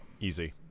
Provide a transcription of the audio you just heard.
easy